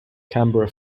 canberra